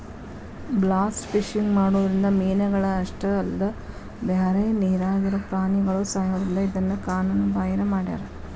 blast fishing ಮಾಡೋದ್ರಿಂದ ಮೇನಗಳ ಅಷ್ಟ ಅಲ್ಲದ ಬ್ಯಾರೆ ನೇರಾಗಿರೋ ಪ್ರಾಣಿಗಳು ಸಾಯೋದ್ರಿಂದ ಇದನ್ನ ಕಾನೂನು ಬಾಹಿರ ಮಾಡ್ಯಾರ